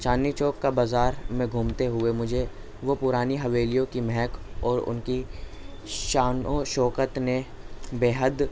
چاندنی چوک کا بازار میں گھومتے ہوئے مجھے وہ پرانی حویلیوں کی مہک اور ان کی شان و شوکت نے بےحد